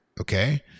okay